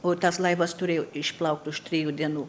o tas laivas turėjo išplaukt už trijų dienų